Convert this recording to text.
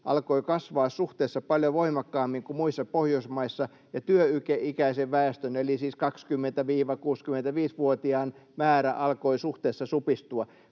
alkoi kasvaa suhteessa paljon voimakkaammin kuin muissa Pohjoismaissa ja työikäisen väestön, eli siis 20—65-vuotiaiden, määrä alkoi suhteessa supistua.